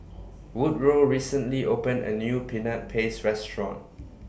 Woodroe recently opened A New Peanut Paste Restaurant